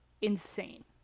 insane